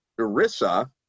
ERISA